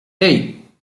hey